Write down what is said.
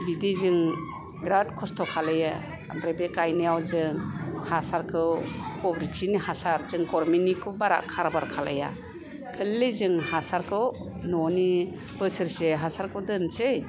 बिदि जों बिराथ खस्थ' खालायो ओमफ्राय बे गायनायाव जों हासारखौ गबरखिनि हासार जों गरमेन्टनिखौ बारा खारबार खालाया खालि जों हासारखौ न'नि बोसोरसे हासारखौ दोनसै